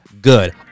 good